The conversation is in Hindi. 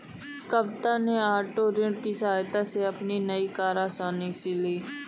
कविता ने ओटो ऋण की सहायता से अपनी नई कार आसानी से ली